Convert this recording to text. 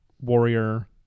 warrior